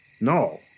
No